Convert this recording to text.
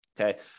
okay